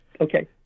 Okay